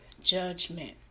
judgment